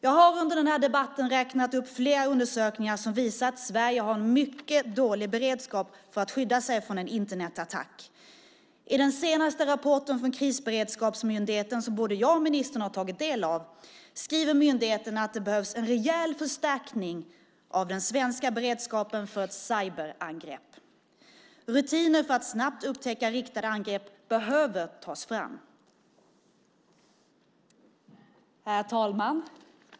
Jag har under debatten räknat upp flera undersökningar som visar att Sverige har en mycket dålig beredskap för att skydda sig mot en Internetattack. I den senaste rapporten från Krisberedskapsmyndigheten, som både jag och ministern tagit del av, skriver myndigheten att det behövs en rejäl förstärkning av den svenska beredskapen mot ett cyberangrepp. Rutiner för att snabbt upptäcka riktade angrepp behöver tas fram. Herr talman!